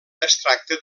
tracta